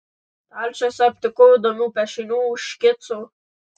stalčiuose aptikau įdomių piešinių škicų